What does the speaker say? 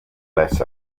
less